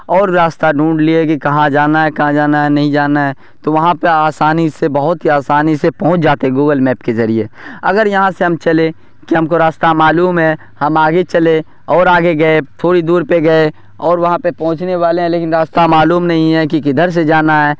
اور راستہ ڈھونڈ لیے کہ کہاں جانا ہے کہاں جانا ہے نہیں جانا ہے تو وہاں پہ آسانی سے بہت ہی آسانی سے پہنچ جاتے ہیں گوگل میپ کے ذریعے اگر یہاں سے ہم چلے کہ ہم کو راستہ معلوم ہے ہم آگے چلے اور آگے گئے تھوڑی دور پہ گئے اور وہاں پہ پہنچنے والے ہیں لیکن راستہ معلوم نہیں ہے کہ کدھر سے جانا ہے